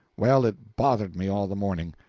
well, it bothered me all the morning.